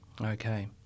Okay